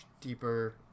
deeper